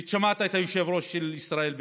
ושמעת את היושב-ראש של ישראל ביתנו: